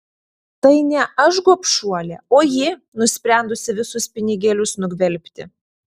tai ne aš gobšuolė o ji nusprendusi visus pinigėlius nugvelbti